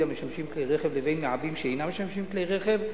המשמשים כלי רכב לבין מעבים שאינם משמשים כלי רכב,